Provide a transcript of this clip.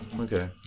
Okay